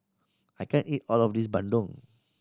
I can't eat all of this bandung